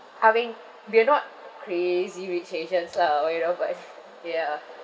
I mean we're not crazy rich asians lah but you know but ya